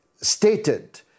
stated